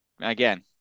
again